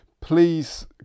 Please